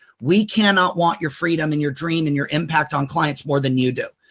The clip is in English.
we cannot want your freedom and your dream and your impact on clients more than you do.